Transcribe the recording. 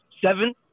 seven